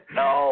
no